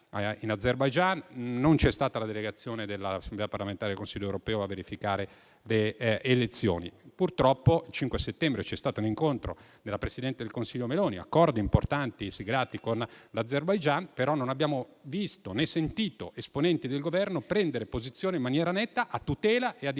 in Azerbaijan e non c'è stata la delegazione dell'Assemblea parlamentare del Consiglio d'Europa a verificare le elezioni. Purtroppo il 5 settembre c'è stato un incontro della presidente del Consiglio Meloni, con accordi importanti siglati con l'Azerbaijan. Tuttavia, non abbiamo visto, né sentito esponenti del Governo prendere posizione in maniera netta a tutela e a difesa dei